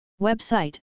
Website